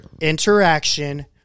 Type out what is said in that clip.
interaction